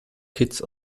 kitts